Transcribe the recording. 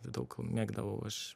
daug mėgdavau aš